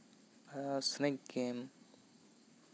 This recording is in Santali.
ᱟᱨ ᱥᱱᱮᱠ ᱜᱮᱢ